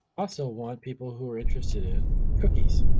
also want people who are interested in cookies.